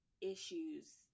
issues